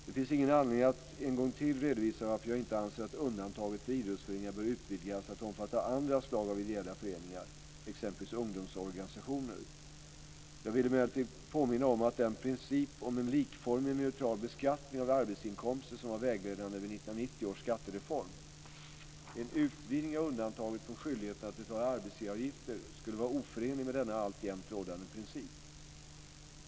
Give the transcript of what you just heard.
Det finns ingen anledning att en gång till redovisa varför jag inte anser att undantaget för idrottsföreningar bör utvidgas till att omfatta andra slag av ideella föreningar, exempelvis ungdomsorganisationer. Jag vill emellertid påminna om den princip om en likformig och neutral beskattning av arbetsinkomster som var vägledande vid 1990 års skattereform. En utvidgning av undantaget från skyldigheten att betala arbetsgivaravgifter skulle vara oförenlig med denna alltjämt rådande princip.